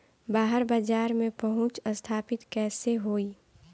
बाहर बाजार में पहुंच स्थापित कैसे होई?